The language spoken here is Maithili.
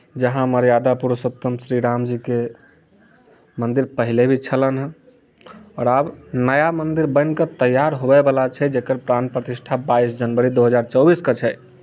जहाँ मर्यादा पुरुषोत्तम श्री राम जीके मन्दिर पहिले भी छलनि हँ आओर आब नया मन्दिर बनि कऽ तैयार होबयवला छै जकर प्राण प्रतिष्ठा बाइस जनवरी दू हजार चौबीसकेँ छै